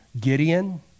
Gideon